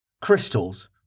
Crystals